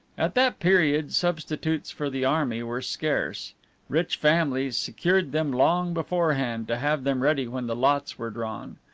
at that period substitutes for the army were scarce rich families secured them long beforehand to have them ready when the lots were drawn.